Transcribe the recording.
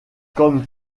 comme